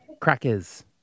crackers